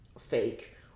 fake